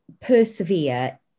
persevere